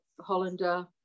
Hollander